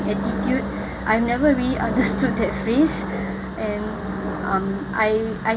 attitude I've never really understood that face and um I I